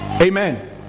Amen